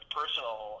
personal